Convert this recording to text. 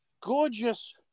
Gorgeous